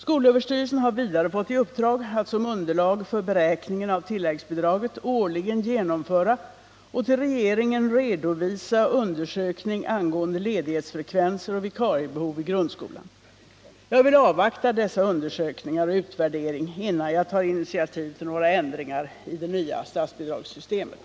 Skolöverstyrelsen har vidare fått i uppdrag att som underlag för beräkningen av tilläggsbidraget årligen genomföra och till regeringen redovisa undersökning angående ledighetsfrekvenser och vikariebehov i grundskolan. Jag vill avvakta dessa undersökningar och utvärderingar innan jag tar initiativ till några ändringar i det nya statsbidragssystemet.